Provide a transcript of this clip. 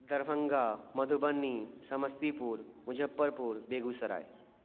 Darbhanga Madhubani Samastipur Muzaffarpur Begusarai